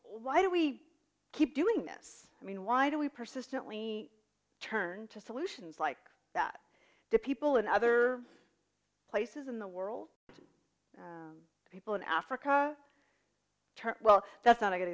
why do we keep doing this i mean why do we persistently turn to solutions like that to people in other places in the world people in africa well that's not a good